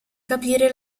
capire